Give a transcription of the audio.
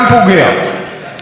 ונקודה אחרונה,